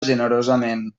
generosament